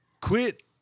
quit